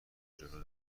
جلو